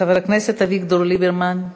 חבר הכנסת אביגדור ליברמן.